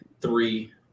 three